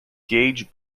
gauge